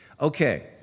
okay